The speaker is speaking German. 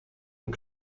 und